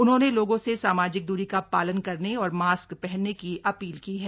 उन्होंने लोगों से सामाजिक दूरी का पालन करने और मास्क पहने की अपील की है